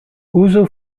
uzu